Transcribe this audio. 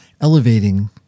elevating